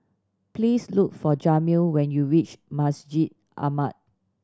please look for Jamil when you reach Masjid Ahmad